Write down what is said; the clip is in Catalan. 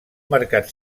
mercat